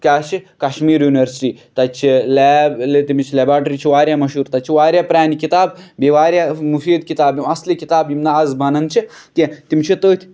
کیاہ چھِ کَشمیٖر یُنورسٹی تَتہِ چھِ لیب لیبوٹری چھِ واریاہ مَشہوٗر تَتہِ چھُ واریاہ پرانہِ کِتابہٕ بیٚیہِ واریاہ مُفیٖد کِتابہٕ یِوان یِم اَصلی کِتابہٕ یِم نہٕ آز بَنن چھِ کیٚنٛہہ تِم چھِ تٔتھۍ